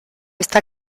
esta